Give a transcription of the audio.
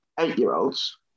eight-year-olds